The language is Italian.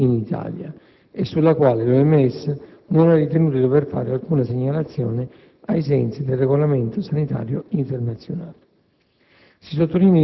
anche in Italia e sulla quale l'OMS non ha ritenuto di dover fare alcuna segnalazione ai sensi del Regolamento sanitario internazionale.